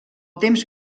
temps